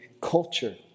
culture